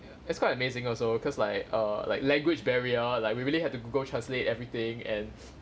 it's quite amazing also because like err like language barrier like we really have to google translate everything and